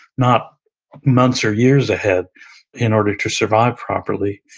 not months or years ahead in order to survive properly.